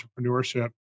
entrepreneurship